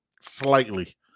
slightly